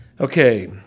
Okay